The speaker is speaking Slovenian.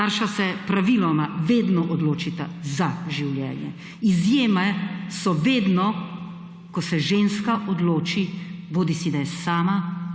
Starša se praviloma vedno odločita za življenje. Izjeme so vedno, ko se ženska odloči bodisi da je sama,